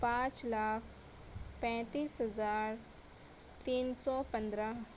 پانچ لاکھ پینتس ہزار تین سو پندرہ